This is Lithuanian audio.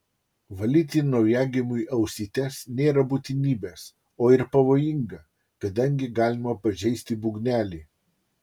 valyti naujagimiui ausytes nėra būtinybės o ir pavojinga kadangi galima pažeisti būgnelį